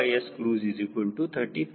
80